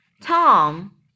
Tom